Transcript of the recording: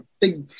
big